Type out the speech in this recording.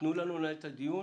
תנו לנו לנהל את הדיון,